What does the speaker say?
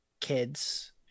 kids